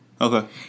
okay